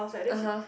(uh huh)